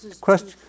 question